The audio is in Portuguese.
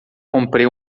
comprei